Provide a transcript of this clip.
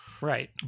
Right